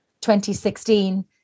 2016